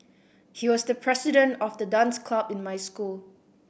he was the president of the dance club in my school